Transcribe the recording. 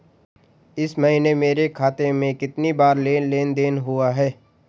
इस महीने मेरे खाते में कितनी बार लेन लेन देन हुआ है?